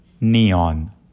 neon